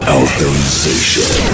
authorization